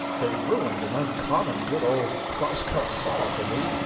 they ruined an uncommon good old cross-cut saw for me,